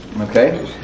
Okay